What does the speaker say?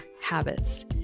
habits